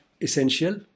essential